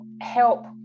help